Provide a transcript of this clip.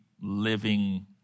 living